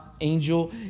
Angel